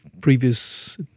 previous